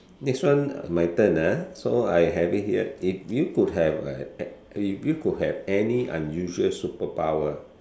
next one my turn ah so I have it here if you could have a if you could have any unusual superpower